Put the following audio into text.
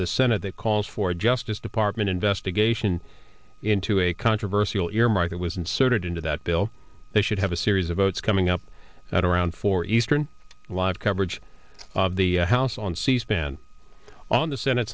the senate that calls for a justice department investigation into a controversial earmark that was inserted into that bill that should have a series of votes coming up at around four eastern live coverage of the house on c span on the senate